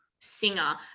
singer